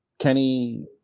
Kenny